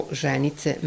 ženice